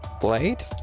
blade